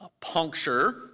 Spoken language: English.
puncture